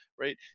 right